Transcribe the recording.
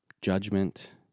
Judgment